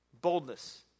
Boldness